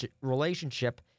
relationship